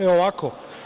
Evo ovako.